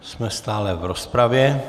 Jsme stále v rozpravě.